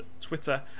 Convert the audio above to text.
Twitter